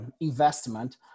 investment